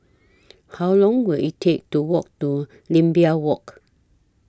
How Long Will IT Take to Walk to Imbiah Walk